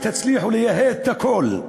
אולי תצליחו לייהד את הכול.